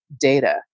data